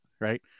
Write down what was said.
right